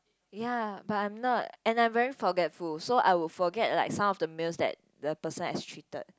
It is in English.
ya but I'm not and I very forgetful so I would forget like some of the meals that the person has treated